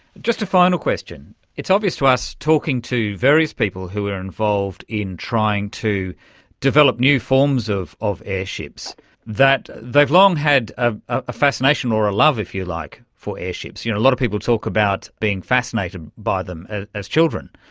just a final question it's obvious to us talking to various people who are involved in trying to develop new forms of of airships that they've long had a a fascination or a love if you like for airships. you know, a lot of people talk about being fascinated by them as as children.